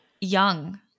young